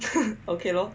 ok lor